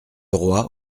roi